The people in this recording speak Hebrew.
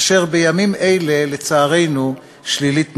אשר בימים אלה, לצערנו, שלילית ממילא.